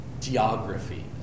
geography